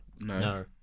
No